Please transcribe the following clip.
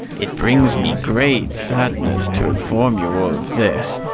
it brings me great sadness to inform you of this,